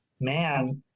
man